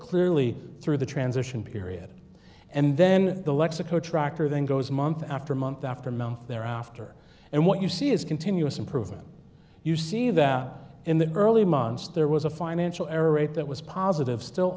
clearly through the transition period and then alexa co tractor then goes month after month after month there after and what you see is continuous improvement you see that in the early months there was a financial error rate that was positive still